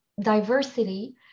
diversity